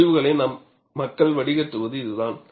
முடிவுகளை மக்கள் வடிகட்டுவது இதுதான்